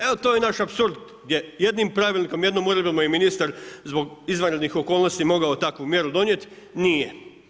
Evo to je naš apsurd gdje jednim pravilnik, jednim uredbama i ministar zbog izvanrednih okolnosti je mogao takvu mjeru donijeti, nije.